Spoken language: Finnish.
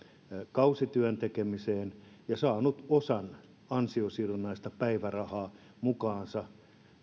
kausityön tekemiseen ja saanut osan ansiosidonnaista päivärahaa mukaansa